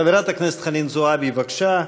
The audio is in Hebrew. חברת הכנסת חנין זועבי, בבקשה.